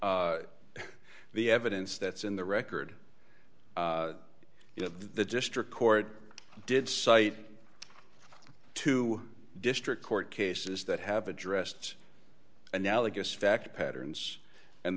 the evidence that's in the record you know the district court did cite to district court cases that have addressed analogous fact patterns and